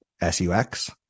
S-U-X